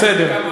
בסדר.